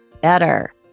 better